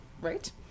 Right